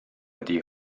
ydi